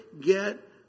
get